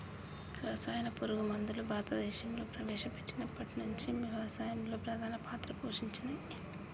రసాయన పురుగు మందులు భారతదేశంలా ప్రవేశపెట్టినప్పటి నుంచి వ్యవసాయంలో ప్రధాన పాత్ర పోషించినయ్